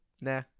Nah